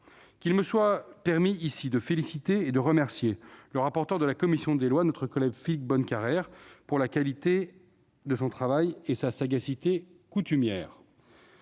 Qu'il me soit ici permis de féliciter le rapporteur de la commission des lois, notre collègue Philippe Bonnecarrère, pour la qualité de son travail et sa sagacité coutumière.